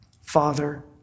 Father